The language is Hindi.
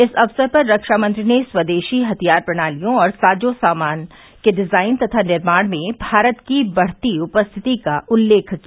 इस अवसर पर रक्षा मंत्री ने स्वदेशी हथियार प्रणालियों और साजों सामान के डिजाइन तथा निर्माण में भारत की बढ़ती उपस्थित का उल्लेख किया